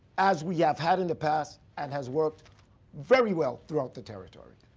as we have had in the past, and has worked very well throughout the territory.